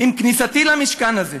עם כניסתי למשכן הזה,